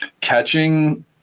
catching